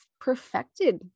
perfected